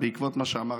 בעקבות מה שאמרת.